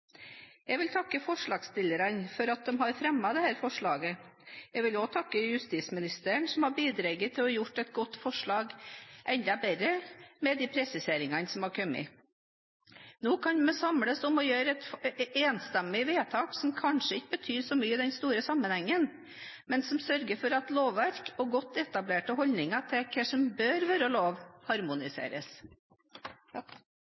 Jeg vil takke forslagsstillerne for at de har fremmet dette forslaget. Jeg vil også takke justisministeren, som har bidratt til å gjøre et godt forslag enda bedre med de presiseringene som har kommet. Nå kan vi samles om å gjøre et enstemmig vedtak som kanskje ikke betyr så mye i den store sammenhengen, men som sørger for at lovverk og godt etablerte holdninger til hva som bør være lov,